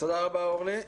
תודה רבה, אורלי.